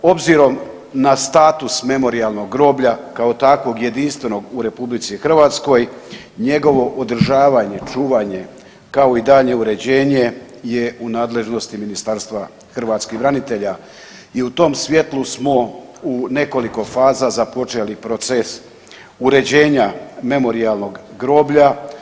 Obzirom na status Memorijalnog groblja kao takvog jedinstvenog u RH njegovo održavanje i čuvanje, kao i daljnje uređenje je u nadležnosti Ministarstva hrvatskih branitelja i u tom svijetlu smo u nekoliko faza započeli proces uređenja Memorijalnog groblja.